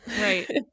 Right